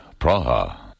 Praha